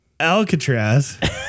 Alcatraz